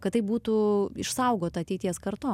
kad tai būtų išsaugota ateities kartoms